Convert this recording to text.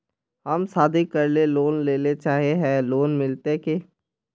हम शादी करले लोन लेले चाहे है लोन मिलते की?